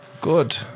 Good